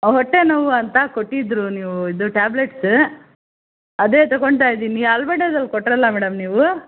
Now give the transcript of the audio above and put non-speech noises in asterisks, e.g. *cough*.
ಹೊಟ್ಟೆ ನೋವು ಅಂತ ಕೊಟ್ಟಿದ್ದರು ನೀವು ಇದು ಟ್ಯಾಬ್ಲೆಟ್ಸ್ ಅದೇ ತಗೊಳ್ತ ಇದ್ದೀನಿ *unintelligible* ಕೊಟ್ರಲ್ಲ ಮೇಡಮ್ ನೀವು